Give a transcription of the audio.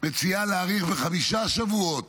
מציעה להאריך בחמישה שבועות